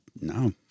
no